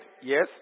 Yes